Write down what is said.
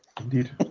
Indeed